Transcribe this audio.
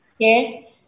Okay